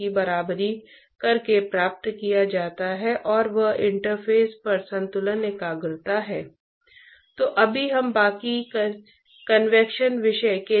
तो जिस तंत्र द्वारा कॉफी गर्मी खो देती है वह कंडक्शन और कन्वेक्शन दोनों है